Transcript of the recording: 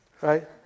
right